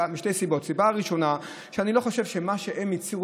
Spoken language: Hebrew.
סיבה ראשונה: אני לא חושב שמה שהם הציעו